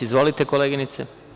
Izvolite, koleginice.